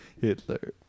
Hitler